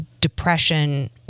depression